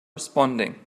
responding